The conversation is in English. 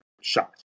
shot